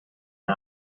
ein